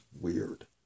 weird